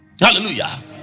Hallelujah